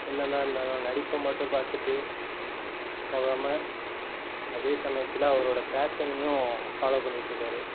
என்னதான் இருந்தாலும் நடிப்பை மட்டும் பார்த்துட்டு போகாமல் அதே சமயத்தில் அவரோடய பேஷனையும் ஃபாலோ பண்ணிட்டிருக்காரு